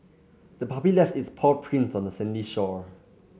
the puppy left its paw prints on the sandy shore